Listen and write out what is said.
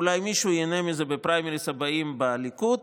אולי מישהו ייהנה מזה בפריימריז הבאים בליכוד,